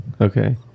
Okay